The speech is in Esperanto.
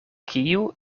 kiu